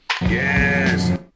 Yes